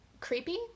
creepy